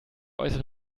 äußere